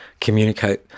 communicate